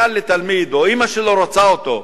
או שאמא שלו רוצה אותו,